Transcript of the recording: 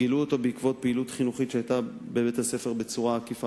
גילו אותו בעקבות פעילות חינוכית שהיתה בבית-הספר בצורה עקיפה,